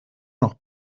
noch